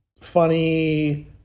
funny